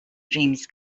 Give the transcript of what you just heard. dreams